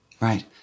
Right